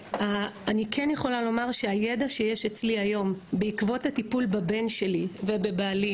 הידע שיש אצלי היום בעקבות הטיפול בבן שלי ובבעלי,